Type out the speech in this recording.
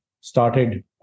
started